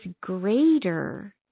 greater